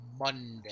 Monday